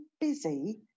busy